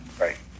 Right